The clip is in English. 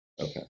Okay